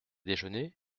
déjeuner